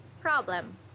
Problem